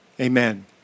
amen